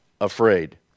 afraid